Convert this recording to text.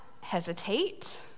hesitate